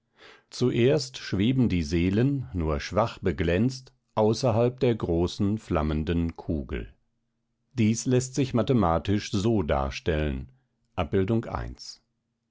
zuerst schweben die seelen nur schwach beglänzt außerhalb der großen flammenden kugel dies läßt sich mathematisch so darstellen